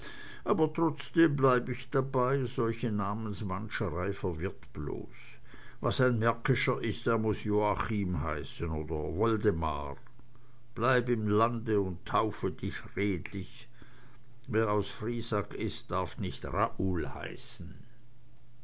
aber trotzdem bleib ich dabei solche namensmanscherei verwirrt bloß was ein märkischer ist der muß joachim heißen oder woldemar bleib im lande und taufe dich redlich wer aus friesack is darf nicht raoul heißen